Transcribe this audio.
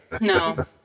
No